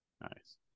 Nice